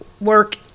work